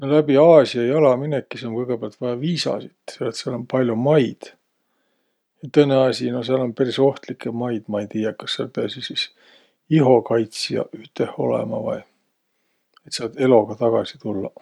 No läbi Aasia jala minekis um kõgõpäält vaia viisasit, selle et sääl um pall'o maid. Ja tõõnõ asi, no sääl um peris ohtlikkõ maid, ma ei tiiäq, kas sääl piäsiq sis ihokaitsjaq üteh olõma vai, et säält eloga tagasi tullaq.